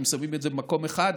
אם שמים את זה במקום אחד,